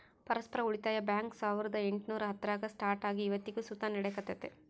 ಪರಸ್ಪರ ಉಳಿತಾಯ ಬ್ಯಾಂಕ್ ಸಾವುರ್ದ ಎಂಟುನೂರ ಹತ್ತರಾಗ ಸ್ಟಾರ್ಟ್ ಆಗಿ ಇವತ್ತಿಗೂ ಸುತ ನಡೆಕತ್ತೆತೆ